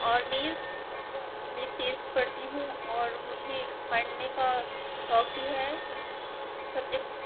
और मैज़ मैं तेज़ पढ़ती हूँ और मुझे पढ़ने का शौक़ भी है सब्जेक्ट